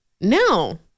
No